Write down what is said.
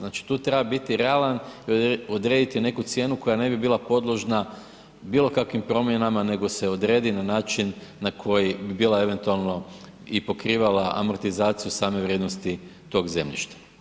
Znači tu treba biti realan i odrediti neku cijenu koja ne bi bila podložna bilo kakvim promjenama nego se odredi na način na koji bi bila eventualno i pokrivala amortizaciju same vrijednosti tog zemljišta.